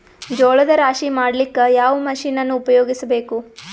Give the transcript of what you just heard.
ಜೋಳದ ರಾಶಿ ಮಾಡ್ಲಿಕ್ಕ ಯಾವ ಮಷೀನನ್ನು ಉಪಯೋಗಿಸಬೇಕು?